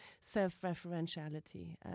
self-referentiality